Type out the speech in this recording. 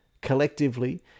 collectively